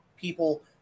people